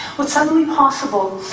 what's suddenly possible,